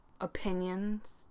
opinions